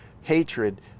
hatred